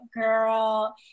Girl